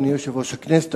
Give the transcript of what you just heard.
אדוני יושב-ראש הכנסת,